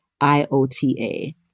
I-O-T-A